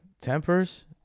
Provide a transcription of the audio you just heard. tempers